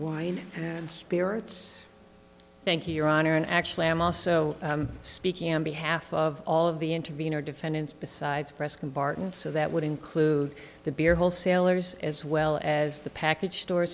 wine and spirits thank you your honor and actually i am also speaking on behalf of all of the intervenor defendants besides preston barton so that would include the beer wholesalers as well as the package store